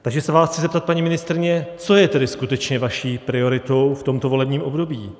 Takže se vás chci zeptat, paní ministryně, co je tedy skutečně vaší prioritou v tomto volebním období.